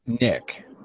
Nick